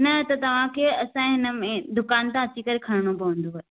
न त तव्हांखे असांजे हिनमें दुकान तां अची करे खणणो पवंदव